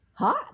hot